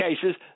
cases